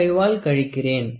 500 ஆல் கழிக்கிறேன்